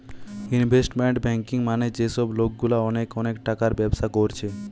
investment banking মানে যে সব লোকগুলা অনেক অনেক টাকার ব্যবসা কোরছে